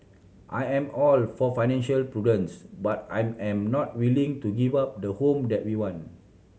I am all for financial prudence but I am not willing to give up the home that we want